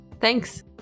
Thanks